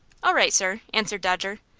all right, sir, answered dodger.